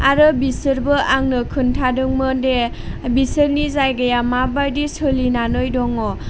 आरो बिसोरबो आंनो खिन्थादोंमोन दि बिसोरनि जायगाया माबायदि सोलिनानै दङ